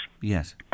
Yes